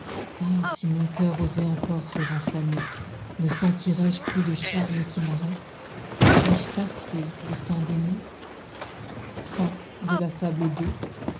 ah si mon cœur osait encor se renflammer ne sentirai-je plus de charme qui m'arrête ai-je passé le temps d'aimer